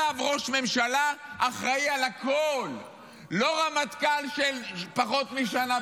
על גורמים בין-לאומיים --- חבר הכנסת הלוי,